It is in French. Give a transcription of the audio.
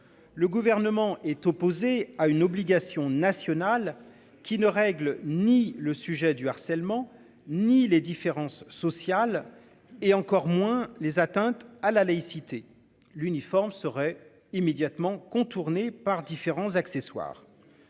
Le gouvernement est opposé à une obligation nationale qui ne règle ni le sujet du harcèlement ni les différences sociales et encore moins les atteintes à la laïcité l'uniforme serait immédiatement contourner par différents accessoires.